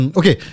okay